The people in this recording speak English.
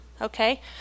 Okay